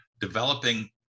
developing